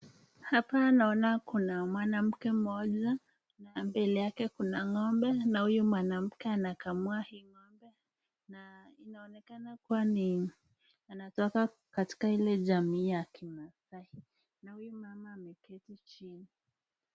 Hapa naona kuna mwanamke mmoja na mbele yake kuna ng'ombe na huyu mwanamke anakamua hii ng'ombe na inaonekana kuwa ni anatoka katika ile jamii ya kimaasai na huyu mama ameketi chini.